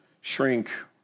shrink